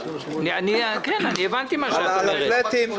הבנתי מה את אומרת.